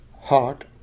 heart